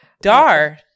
Dar